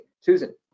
Susan